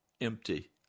empty